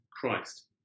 Christ